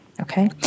Okay